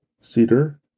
cedar